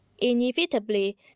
Inevitably